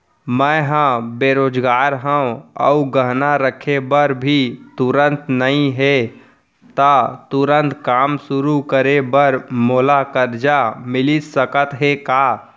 मैं ह बेरोजगार हव अऊ गहना रखे बर भी तुरंत नई हे ता तुरंत काम शुरू करे बर मोला करजा मिलिस सकत हे का?